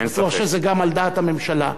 ואני בטוח שזה גם על דעת הממשלה.